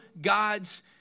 God's